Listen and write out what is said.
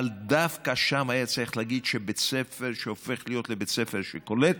אבל דווקא שם היה צריך להגיד שבית ספר שהופך להיות בית ספר שקולט